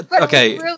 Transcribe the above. Okay